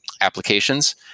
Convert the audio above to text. applications